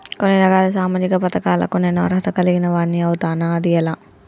కొన్ని రకాల సామాజిక పథకాలకు నేను అర్హత కలిగిన వాడిని అవుతానా? అది ఎలా?